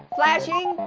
flashing,